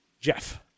Jeff